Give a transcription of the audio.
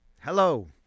Hello